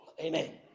Amen